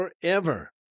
forever